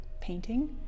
painting